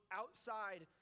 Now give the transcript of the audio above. outside